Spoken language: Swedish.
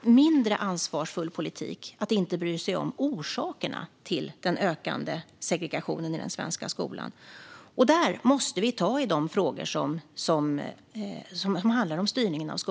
mindre ansvarsfull politik att inte bry sig om orsakerna till den ökande segregationen i den svenska skolan. Där måste vi ta i de frågor som handlar om styrningen av skolan.